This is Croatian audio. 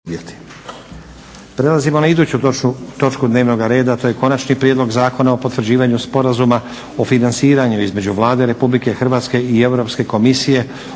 Prelazimo na iduću točku dnevnog reda, to je - Konačni prijedlog Zakona o potvrđivanju Sporazuma o financiranju između Vlade Republike Hrvatske i Europske komisije